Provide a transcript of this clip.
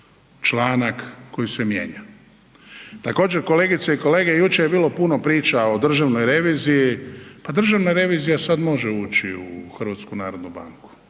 članak koji se mijenja. Također kolegice i kolege, jučer je bilo puno priča o Državnoj reviziji, pa Državna revizija sad može ući u HNB. Državna